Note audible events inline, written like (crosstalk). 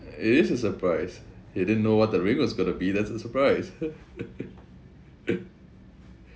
it is a surprise you didn't know what the ring was going to be that's a surprise (laughs)